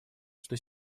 что